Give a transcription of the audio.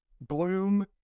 bloom